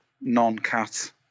non-cat